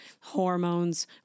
hormones